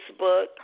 Facebook